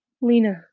Lena